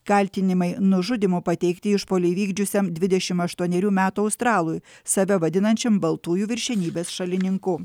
kaltinimai nužudymu pateikti išpuolį įvykdžiusiam dvidešim aštuonerių metų australui save vadinančiam baltųjų viršenybės šalininku